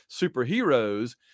superheroes